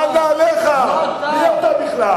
של נעליך, מי אתה בכלל?